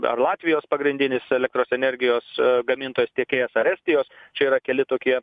ar latvijos pagrindinis elektros energijos gamintojas tiekėjas ar estijos čia yra keli tokie